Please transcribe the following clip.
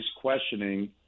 questioning